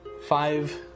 five